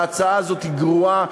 ההצעה הזאת היא גרועה,